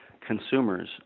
consumers